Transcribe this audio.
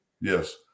yes